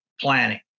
planning